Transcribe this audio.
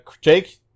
Jake